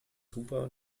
huber